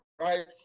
right